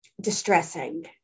distressing